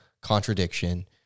contradiction